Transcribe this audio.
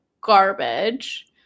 garbage